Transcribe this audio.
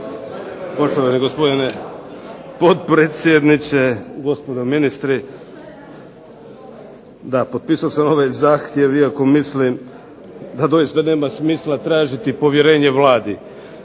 Poštovani gospodine potpredsjedniče, gospodo ministri. Da, potpisao sam ovaj zahtjev da doista nema smisla tražiti povjerenje Vladi.